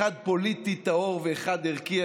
אחד פוליטי טהור ואחד ערכי.